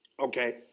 Okay